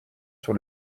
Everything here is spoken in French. sur